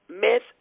Myth